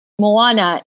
Moana